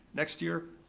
next year,